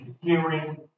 hearing